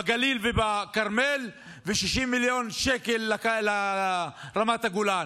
בגליל ובכרמל ו-60 מיליון שקל לרמת הגולן.